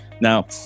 Now